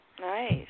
Nice